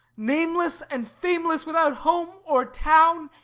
nameless and fameless, without home or town,